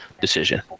decision